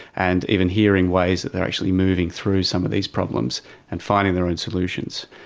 and even hearing ways that they are actually moving through some of these problems and finding their own solutions.